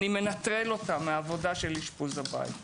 אני מנטרל אותה מהעבודה של אשפוז הבית.